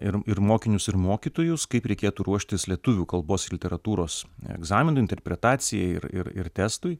ir ir mokinius ir mokytojus kaip reikėtų ruoštis lietuvių kalbos literatūros egzaminui interpretacijai ir ir ir testui